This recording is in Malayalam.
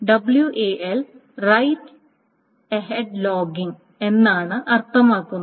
W A L write ahead logging എന്നാണ് അർത്ഥമാക്കുന്നത്